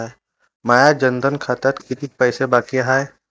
माया जनधन खात्यात कितीक पैसे बाकी हाय?